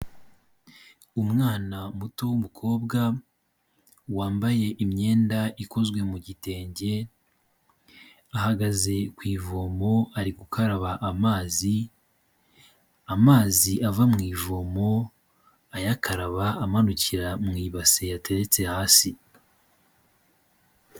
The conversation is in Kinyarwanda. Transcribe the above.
Umwana muto w'umukobwa wambaye imyenda ikozwe mu gitenge, ahagaze ku ivomo ari gukaraba amazi, amazi ava mu ivomo ayakaraba amanukira mu ibase yateretse hasi.